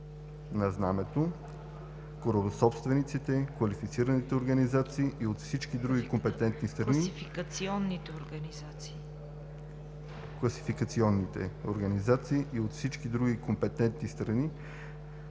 на знамето, корабособствениците, класификационните организации и от всички други компетентни страни,